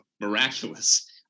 miraculous